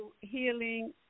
healing